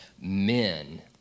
men